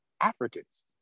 Africans